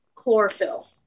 chlorophyll